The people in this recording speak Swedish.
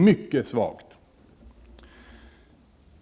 Mycket svagt!